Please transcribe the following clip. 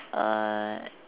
uh